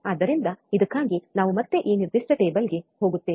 ಆದ್ದರಿಂದ ಇದಕ್ಕಾಗಿ ನಾವು ಮತ್ತೆ ಈ ನಿರ್ದಿಷ್ಟ ಟೇಬಲ್ಗೆ ಹೋಗುತ್ತೇವೆ